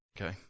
Okay